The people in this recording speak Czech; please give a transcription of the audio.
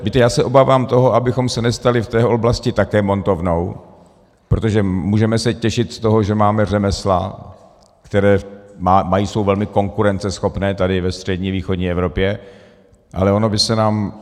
Víte, já se obávám toho, abychom se nestali v téhle oblasti také montovnou, protože se můžeme těšit z toho, že máme řemesla, která jsou velmi konkurenceschopná tady ve střední a východní Evropě, ale ono by se nám...